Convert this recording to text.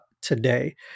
today